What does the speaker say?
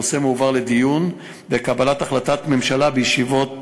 הנושא מועבר לדיון וקבלת החלטת ממשלה בישיבות ממשלה.